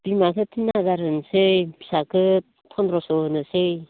बिमाखो तिन हाजार होनसै फिसाखो फन्द्रस' होनोसै